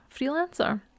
freelancer